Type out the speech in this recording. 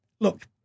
look